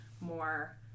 more